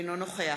אינו נוכח